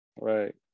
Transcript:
right